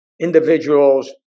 individuals